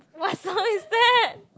what song is that